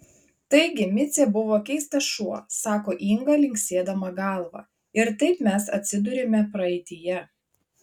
taigi micė buvo keistas šuo sako inga linksėdama galva ir taip mes atsiduriame praeityje